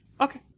okay